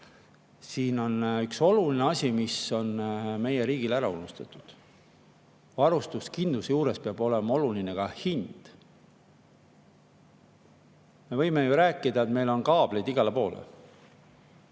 Siin on üks oluline asi, mille on meie riik ära unustanud: varustuskindluse juures peab olema oluline ka hind. Me võime ju rääkida, et meil on kaableid igal pool,